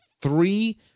three